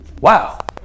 Wow